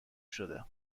شده